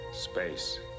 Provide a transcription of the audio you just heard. space